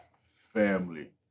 Family